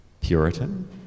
Puritan